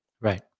Right